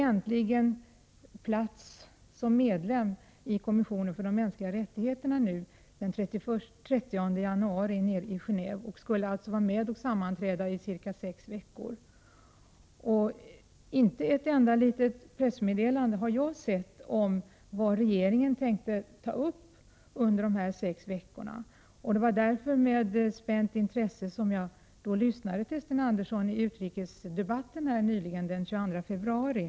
Äntligen blev Sverige medlem i kommissionen för de mänskliga rättigheterna i Gen&åve den 30 januari i år och skulle alltså vara med och sammanträda i cirka sex veckor. Inte ett enda litet pressmeddelande har jag sett om vad regeringen tänker ta upp under dessa veckor. Det var därför jag med spänt intresse lyssnade på Sten Andersson i utrikesdebatten den 22 februari.